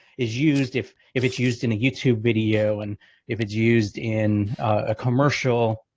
is used if, if it's used in a youtube video. and if it's used in a commercial,